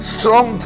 Strong